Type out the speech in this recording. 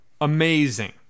amazing